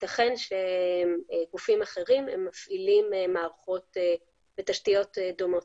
יתכן שגופים אחרים מפעילים מערכות ותשתיות דומות.